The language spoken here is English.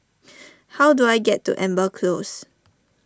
how do I get to Amber Close